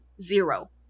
zero